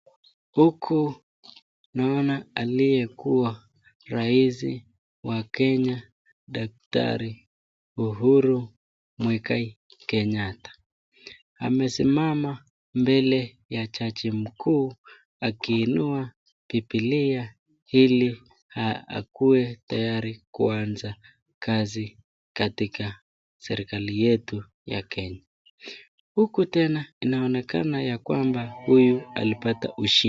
Huku naona aliyekuwa rais wa Kenya, Daktari Uhuru Mwigai Kenyata. Amesimama mbele ya jaji mkuu akiinua Bibilia ili akuwe tayari kuanza kazi katika serikali yetu ya Kenya. Huku tena inaonekana ya kwamba huyu alipata ushindi.